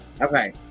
Okay